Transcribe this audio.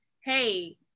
hey